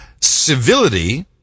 Civility